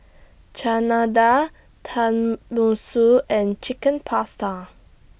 Chana Dal Tenmusu and Chicken Pasta